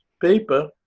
paper